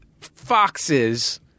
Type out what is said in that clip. foxes